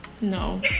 No